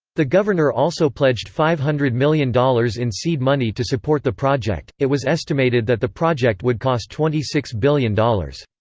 the governor also pledged five hundred million dollars in seed money to support the project it was estimated that the project would cost twenty six billion dollars.